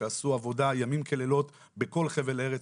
שעשו עבודה ימים כלילות בכל חבל ארץ,